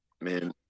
man